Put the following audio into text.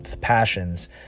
passions